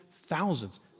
thousands